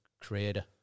creator